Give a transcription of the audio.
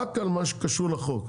רק על מה שקשור לחוק.